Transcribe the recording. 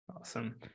Awesome